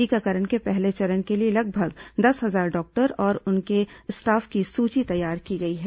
टीकाकरण के पहले चरण के लिए लगभग दस हजार डॉक्टर और उनके स्टाफ की सूची तैयार की गई है